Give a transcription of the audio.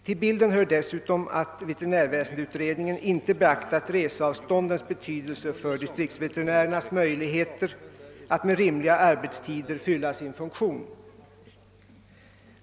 Till bilden hör dessutom att veterinärväsendeutredningen inte beaktat reseavståndens betydelse för distriktsveterinärernas möjligheter att med rimliga arbetstider fylla sin funktion.